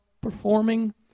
performing